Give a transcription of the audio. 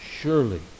surely